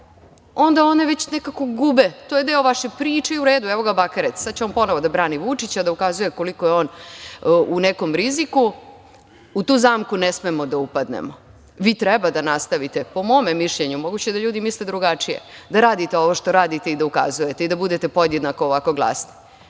onda one već nekako gube, to je deo vaše priče, i u redu, evo, ga Bakarec, sad će ponovo on da brani Vučića, da ukazuje koliko je on u nekom riziku.U tu zamku ne smemo da upadnemo. Vi treba da nastavite, po mome mišljenju, moguće da ljudi misle drugačije, da radite ovo što radite i da ukazujete, i da budete podjednako ovako glasni. Oni